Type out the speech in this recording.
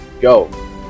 go